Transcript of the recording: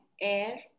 air